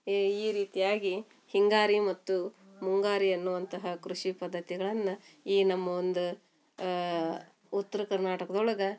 ಏ ಈ ರೀತಿಯಾಗಿ ಹಿಂಗಾರಿ ಮತ್ತು ಮುಂಗಾರಿ ಅನ್ನುವಂತಹ ಕೃಷಿ ಪದ್ಧತಿಗಳನ್ನು ಈ ನಮ್ಮ ಒಂದು ಉತ್ರ ಕರ್ನಾಟಕದ ಒಳಗೆ